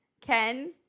Ken